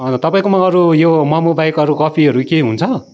तपाईँकोमा अरू यो मोमो बाहेक अरू कफीहरू केही हुन्छ